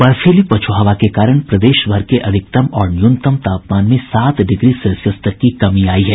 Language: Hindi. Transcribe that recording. बर्फीली पछुआ हवा के कारण प्रदेशभर के अधिकतम और न्यूनतम तापमान में सात डिग्री सेल्सियस तक की कमी आई है